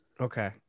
Okay